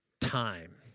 time